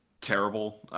terrible